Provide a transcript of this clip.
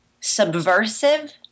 subversive